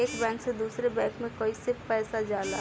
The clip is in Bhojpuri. एक बैंक से दूसरे बैंक में कैसे पैसा जाला?